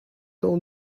down